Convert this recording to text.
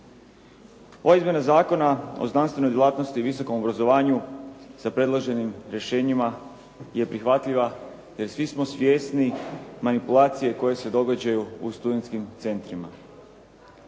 Ova izmjena Zakona o znanstvenoj djelatnosti i visokom obrazovanju sa predloženim rješenjima je prihvatljiva, jer svi smo svjesni manipulacije koje se događaju u studentskim centrima.